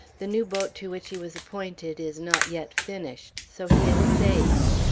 the new boat to which he was appointed is not yet finished. so he is saved!